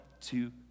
two